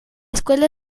escuela